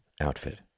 outfit